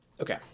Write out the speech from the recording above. Okay